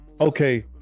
okay